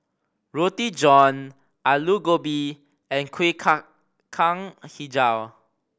Roti John Aloo Gobi and Kuih Kacang Hijau